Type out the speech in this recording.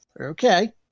Okay